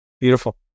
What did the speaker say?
Beautiful